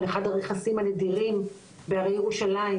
על אחד הרכסים הנדירים בהרי ירושלים,